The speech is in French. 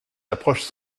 approches